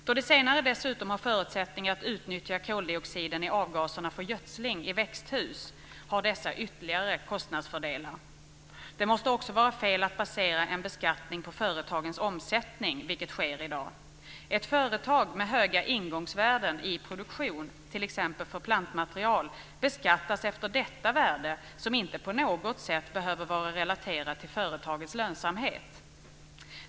Då de senare dessutom har förutsättningar att utnyttja koldioxiden i avgaserna för gödsling i växthus har dessa ytterligare kostnadsfördelar. Det måste också vara fel att basera en beskattning på företagens omsättning, vilket sker i dag. Ett företag med höga ingångsvärden i produktion, t.ex. för plantmaterial, beskattas efter detta värde som inte på något sätt behöver vara relaterat till företagets lönsamhet.